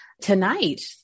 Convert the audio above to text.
tonight